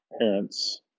parents